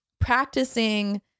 practicing